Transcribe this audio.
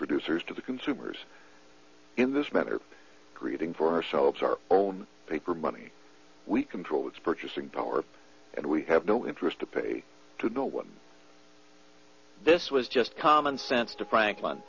producers to the consumers in this manner creating for ourselves our own paper money we control its purchasing power and we have no interest to pay to know whether this was just common sense to franklin